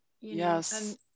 Yes